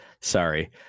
Sorry